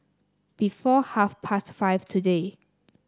before half past five today